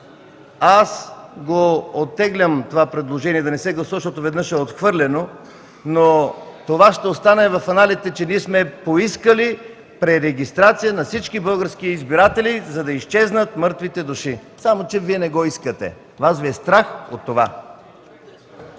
Оттеглям това предложение – да не се гласува, защото веднъж е отхвърлено, но ще остане в аналите, че ние сме поискали пререгистрация на всички български избиратели, за да изчезнат мъртвите души. Само че Вие не го искате. Вас Ви е страх от това.